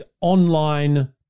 online